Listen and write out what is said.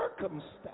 circumstance